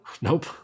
Nope